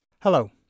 Hello